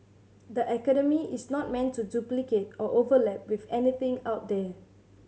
the academy is not meant to duplicate or overlap with anything out there